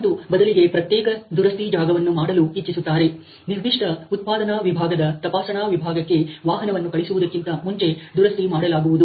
ಮತ್ತು ಬದಲಿಗೆ ಪ್ರತ್ಯೇಕ ದುರಸ್ತಿ ಜಾಗವನ್ನು ಮಾಡಲು ಇಚ್ಚಿಸುತ್ತಾರೆ ನಿರ್ದಿಷ್ಟ ಉತ್ಪಾದನಾ ವಿಭಾಗದ ತಪಾಸಣಾ ವಿಭಾಗಕ್ಕೆ ವಾಹನವನ್ನು ಕಳಿಸುವುದಕ್ಕಿಂತ ಮುಂಚೆ ದುರಸ್ತಿ ಮಾಡಲಾಗುವುದು